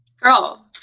Girl